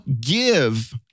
give